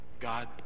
God